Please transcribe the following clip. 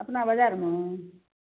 अपना बजारमे